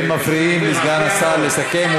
אתם מפריעים לסגן השר לסכם.